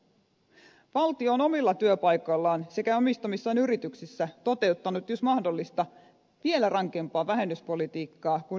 valtio on omilla työpaikoillaan sekä omistamissaan yrityksissä toteuttanut jos mahdollista vielä rankempaa vähennyspolitiikkaa kuin yksityiset yritykset